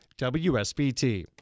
WSBT